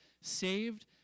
saved